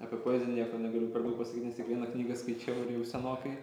apie poeziją nieko negaliu per daug pasakyt nes tik vieną knygą skaičiau ir jau senokai